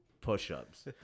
push-ups